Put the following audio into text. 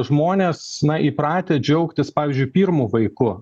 žmonės įpratę džiaugtis pavyzdžiui pirmu vaiku